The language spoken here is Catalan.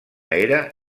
era